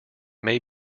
may